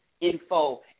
info